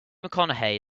mcconaughey